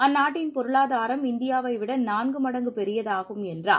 அந்நாட்டின் பொருளாதாரம் இந்தியாவைவிட நான்கு மடங்கு பெரிதாகும் என்றார்